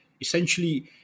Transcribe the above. essentially